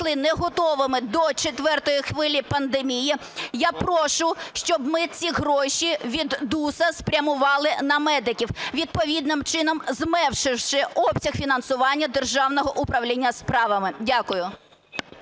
не готовими до четвертої хвилі пандемії, я прошу, щоб ми ці гроші від ДУС спрямували на медиків, відповідним чином зменшивши обсяг фінансування Державного управління справами. Дякую.